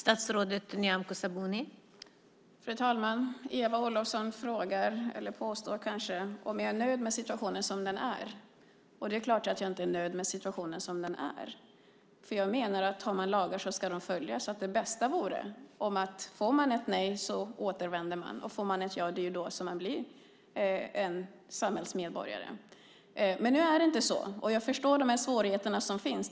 Fru talman! Eva Olofsson frågar om - eller påstår kanske att - jag är nöjd med situationen som den är. Det är klart att jag inte är nöjd med situationen som den är, för jag menar att lagar ska följas. Det bästa vore om man återvände om man får ett nej. Får man ett ja blir man samhällsmedborgare. Nu är det inte så, och jag förstår de svårigheter som finns.